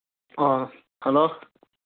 ꯑꯣ ꯍꯂꯣ